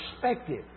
perspective